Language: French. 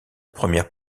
première